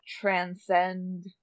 transcend